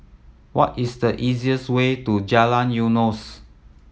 what is the easiest way to Jalan Eunos